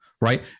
right